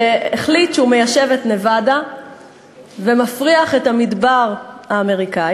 שהחליט שהוא מיישב את נבאדה ומפריח את המדבר האמריקני